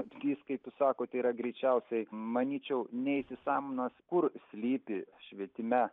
stabdys kaip jūs sakot yra greičiausiai manyčiau neįsisąmoninimas kur slypi švietime